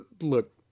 look